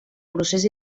procés